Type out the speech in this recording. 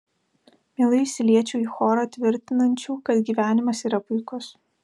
mielai įsiliečiau į chorą tvirtinančių kad gyvenimas yra puikus